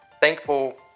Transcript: Thankful